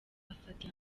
afata